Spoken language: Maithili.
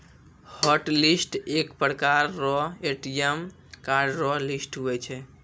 हॉटलिस्ट एक प्रकार रो ए.टी.एम कार्ड रो लिस्ट हुवै छै